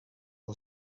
del